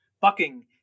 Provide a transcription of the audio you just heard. bucking